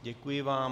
Děkuji vám.